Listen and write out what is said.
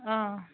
অঁ